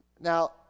now